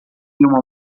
uma